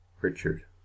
Richard